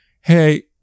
hey